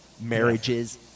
marriages